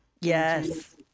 Yes